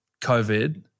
COVID